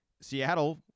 Seattle